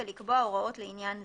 ולקבוע הוראות לעניין זה,